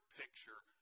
picture